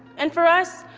and for us,